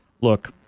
Look